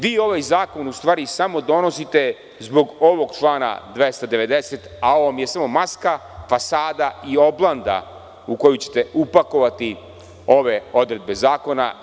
Vi ovaj zakon u stvari samo donosite zbog ovog člana 290, a ovo vam je samo maska, fasada i oblanda u koju ćete upakovati ove odredbe zakona.